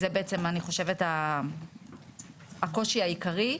וזה בעצם מה שאני חושבת שהוא הקושי העיקרי.